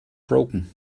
broken